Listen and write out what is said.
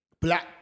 black